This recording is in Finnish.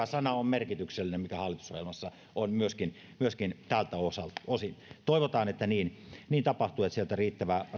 sana on merkityksellinen mikä hallitusohjelmassa on myöskin myöskin tältä osin osin toivotaan että niin niin tapahtuu että sieltä riittävä rahoituspotti